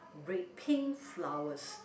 red pink flowers